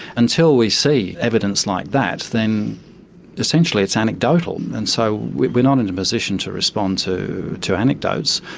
until we see evidence like that then essentially it's anecdotal, and so we're not in a position to respond to to anecdotes,